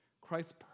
Christ